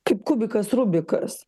kaip kubikas rubikas